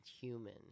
human